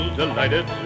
delighted